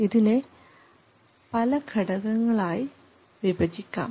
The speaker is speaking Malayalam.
ഇതിനെ പല ഘടകങ്ങളായി വിഭജിക്കാം